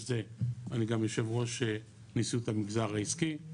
זה אני גם יו"ר נשיאות המגזר העסקי,